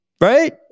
Right